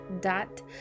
dot